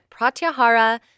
Pratyahara